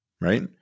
right